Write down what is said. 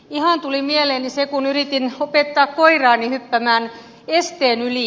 ihan tuli mieleeni se kun yritin opettaa koiraani hyppäämään esteen yli